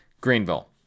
Greenville